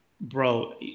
bro